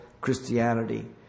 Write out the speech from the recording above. Christianity